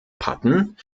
patten